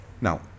Now